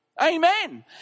Amen